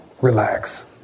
relax